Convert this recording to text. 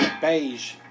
Beige